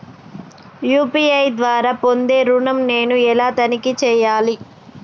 UPI ద్వారా పొందే ఋణం నేను ఎలా తనిఖీ చేయాలి?